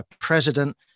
president